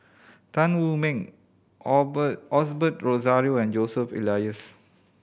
Tan Wu Meng Osbert Rozario and Joseph Elias